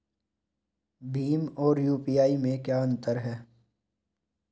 भीम और यू.पी.आई में क्या अंतर है?